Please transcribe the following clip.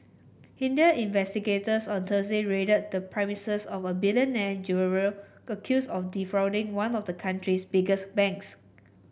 Indian investigators on Thursday raided the premises of a billionaire jeweller accused of defrauding one of the country's biggest banks